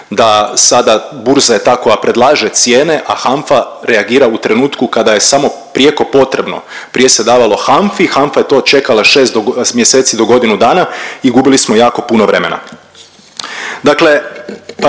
da sada burza je ta koja predlaže cijene, a HANFA reagira u trenutku kada je samo prijeko potrebno. Prije se davalo HANFI, HANFA je to čekala 6 mjeseci do godinu dana i gubili smo jako puno vremena.